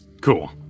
Cool